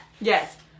yes